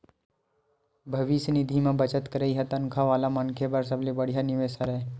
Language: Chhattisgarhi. भविस्य निधि म बचत करई ह तनखा वाला मनखे बर सबले बड़िहा निवेस हरय